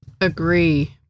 Agree